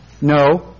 No